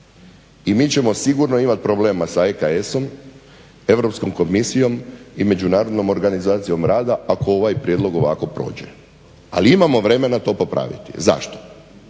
i mi ćemo sigurno imati problema sa AKS-om, Europskom komisijom i Međunarodnom organizacijom rada, ako ovaj prijedlog ovako prođe, ali imamo vremena to popraviti. Zašto?